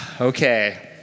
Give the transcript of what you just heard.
Okay